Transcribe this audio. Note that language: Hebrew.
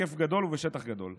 בהיקף גדול ובשטח גדול.